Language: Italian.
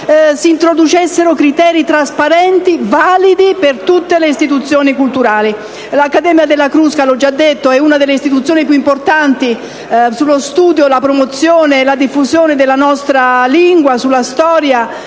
si introducessero criteri trasparenti, validi per tutte le istituzioni culturali. L'Accademia della Crusca, come già detto, è una delle istituzioni più importanti sullo studio, la storia, la promozione e la diffusione della nostra lingua.